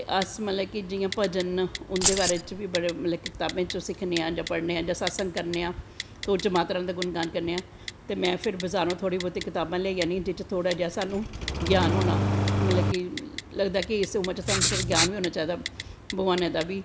ते अस जियां मतलव कि भजन न उंदै बारे च बी मतलव बड़ी कताबें च सिक्खनें आं मतलव पढनें आं उंदा आसन करनें आं ते उंदा मुण गान करनें आं ते में फिर बज़ारा दा थोह्ड़ी बौह्ती कताबां देई आनी आं जेह्दे च थोह्ड़ा देहा स्हाॅनू ग्यान होनां मतलव कि लगदा कि इस उमर च तोआनू ग्यान बी होनां चाही दा भगवानें दा बी